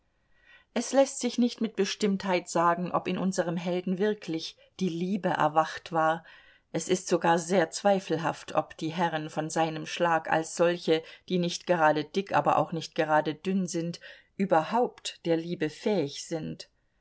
es läßt sich nicht mit bestimmtheit sagen ob in unserem helden wirklich die liebe erwacht war es ist sogar sehr zweifelhaft ob die herren von seinem schlag also solche die nicht gerade dick aber auch nicht gerade dünn sind überhaupt der liebe fähig sind